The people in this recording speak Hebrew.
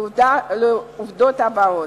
לעובדות הבאות: